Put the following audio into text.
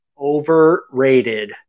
Overrated